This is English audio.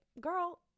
girl